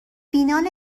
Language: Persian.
فینال